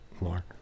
Lord